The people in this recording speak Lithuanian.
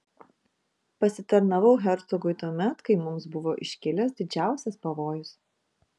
pasitarnavau hercogui tuomet kai mums buvo iškilęs didžiausias pavojus